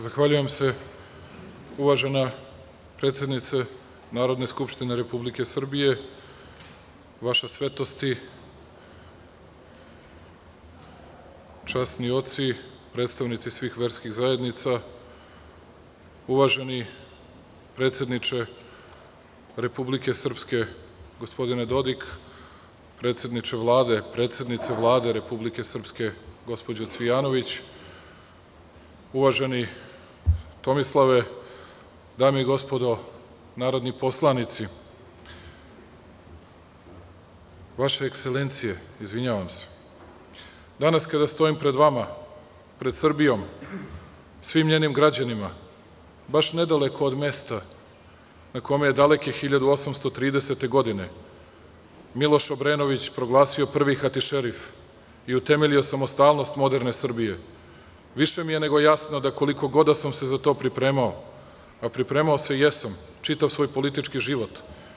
Zahvaljujem se uvažena predsednice Narodne skupštine Republike Srbije, vaše svetosti, časni oci, predstavnici svih verskih zajednica, uvaženi predsedniče Republike Srpske gospodine Dodik, predsednice Vlade Republike Srpske gospođo Cvijanović, uvaženi Tomislave, dame i gospodo narodni poslanici, vaše ekselencije, izvinjavam se, danas kada stojim pred vama, pred Srbijom, svim njenim građanima, baš nedaleko od mesta na kome je daleke 1830. godine, Miloš Obrenović proglasio Prvi hatišerif i utemeljio u samostalnost moderne Srbije, više mi je nego jasno, da koliko god da sam se za to pripremao, pripremao se jesam, čitav svoj politički život.